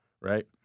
Right